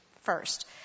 first